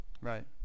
Right